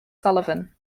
sullivan